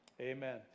Amen